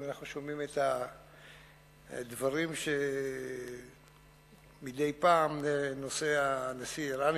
אנחנו שומעים את הדברים שמדי פעם נושא הנשיא האירני,